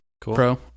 Pro